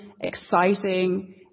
exciting